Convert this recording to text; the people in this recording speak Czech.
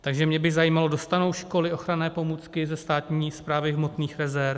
Takže mě by zajímalo, dostanou školy ochranné pomůcky ze Státní správy hmotných rezerv?